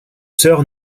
sœur